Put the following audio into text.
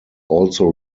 also